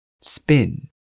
Spin